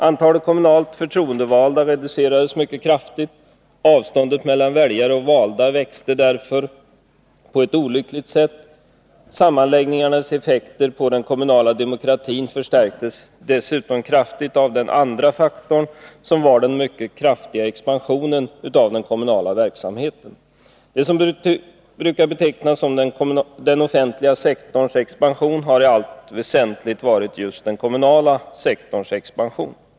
Antalet kommunalt förtroendevalda reducerades mycket kraftigt. Avståndet mellan väljare och valda växte därför på ett olyckligt sätt. Sammanläggningarnas effekter på den kommunala demokratin förstärktes dessutom kraftigt av den andra faktorn, som var den mycket kraftiga expansionen av den kommunala verksamheten. Det som brukar betecknas som den offentliga sektorns expansion har i allt väsentligt varit just den kommunala sektorns expansion.